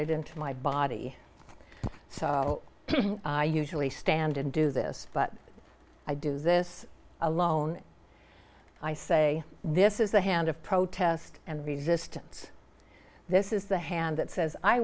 it into my body so i usually stand and do this but i do this alone i say this is the hand of protest and resistance this is the hand that says i